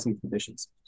conditions